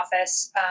office